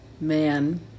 Man